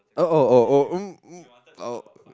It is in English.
oh oh oh oh oh